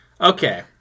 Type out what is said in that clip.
Okay